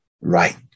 right